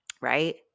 right